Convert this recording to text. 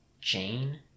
jane